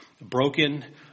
broken